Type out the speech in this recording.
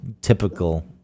typical